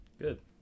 Good